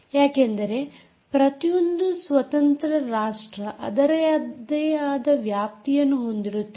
ಯಾಕೆಂದರೆ ಪ್ರತಿಯೊಂದು ಸ್ವತಂತ್ರ ರಾಷ್ಟ್ರ ಅದರದೇ ಆದ ವ್ಯಾಪ್ತಿಯನ್ನು ಹೊಂದಿರುತ್ತದೆ